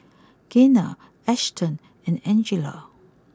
Gaynell Ashton and Angela